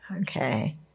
Okay